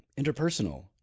interpersonal